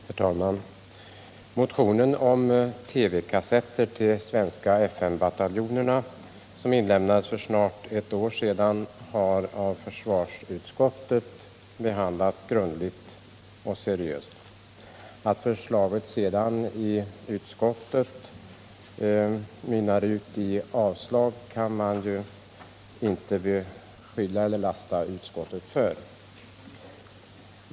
Herr talman! Motionen om TV-kasetter till de svenska FN-bataljonerna, som väcktes för snart ett år sedan, har av försvarsutskottet behandlats grundligt och seriöst. Att sedan förslaget från utskottet mynnar ut i ett avstyrkande kan inte utskottet lastas för.